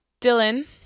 Dylan